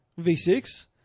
V6